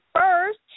first